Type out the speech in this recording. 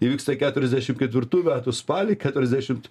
įvyksta keturiasdešimt ketvirtų metų spalį keturiasdešimt